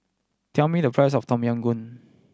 tell me the price of Tom Yam Goong